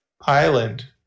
island